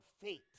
fate